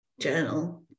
journal